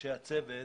אנשי הצוות.